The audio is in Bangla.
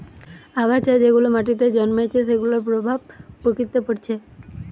আগাছা যেগুলা মাটিতে জন্মাইছে সেগুলার প্রভাব প্রকৃতিতে পরতিছে